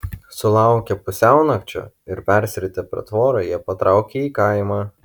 sulaukę pusiaunakčio ir persiritę per tvorą jie patraukė į kaimą